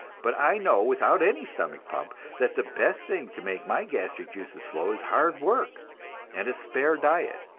but i know without any stomach-pump that the best thing to make my gastric juices flow is hard work and a spare diet.